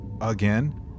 again